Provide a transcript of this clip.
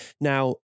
Now